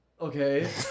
Okay